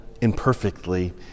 imperfectly